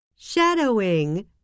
Shadowing